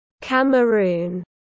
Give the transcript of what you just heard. Cameroon